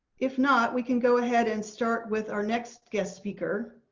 if not, we can go ahead and start with our next guest speaker,